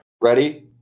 Ready